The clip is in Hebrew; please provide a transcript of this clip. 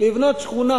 לבנות שכונה